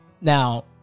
Now